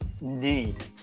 need